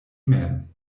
mem